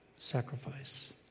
sacrifice